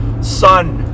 son